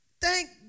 Thank